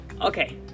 Okay